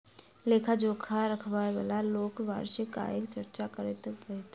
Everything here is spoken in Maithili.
लेखा जोखा राखयबाला लोक वार्षिक आयक चर्चा अवश्य करैत छथि